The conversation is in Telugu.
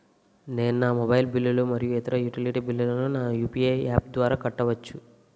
నేను నా మొబైల్ బిల్లులు మరియు ఇతర యుటిలిటీ బిల్లులను నా యు.పి.ఐ యాప్ ద్వారా కట్టవచ్చు